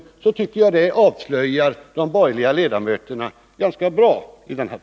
I så fall tycker jag att det avslöjar de borgerliga ledamöterna ganska bra i denna fråga.